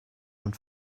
und